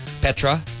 Petra